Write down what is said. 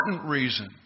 reason